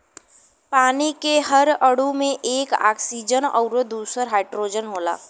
पानी के हर अणु में एक ऑक्सीजन आउर दूसर हाईड्रोजन होला